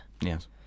Yes